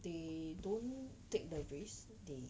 they don't take the risk they